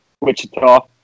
Wichita